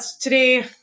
today